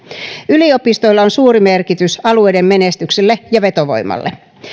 yliopistoilla on suuri merkitys alueiden menestykselle ja vetovoimalle